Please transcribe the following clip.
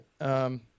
right